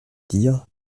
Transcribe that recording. dire